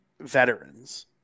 veterans